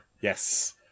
yes